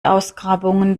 ausgrabungen